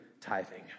tithing